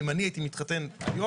אם אני הייתי מתחתן היום,